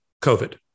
COVID